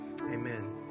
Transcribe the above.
Amen